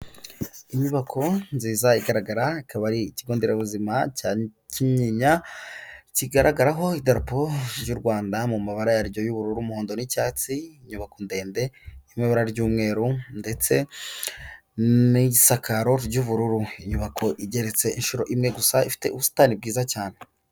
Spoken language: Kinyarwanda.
Inyubako nziza igaragara ikaba ari ikigo nderabuzima cya kinyinya, kigaragaraho idarapo ry'u Rwanda mu mabara yaryo y'ubururu , umuhondo n'icyatsi, inyubako ndende iri mu burara ry'umweru ndetse n'isakaro ry'ubururu, inyubako igeretse inshuro imwe gusa ifite ubusitani bwiza cyane.